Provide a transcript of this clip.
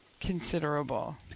considerable